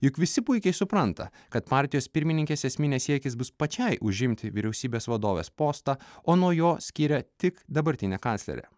juk visi puikiai supranta kad partijos pirmininkės esminė siekis bus pačiai užimti vyriausybės vadovės postą o nuo jo skiria tik dabartinė kanclerė